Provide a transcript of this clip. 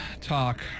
talk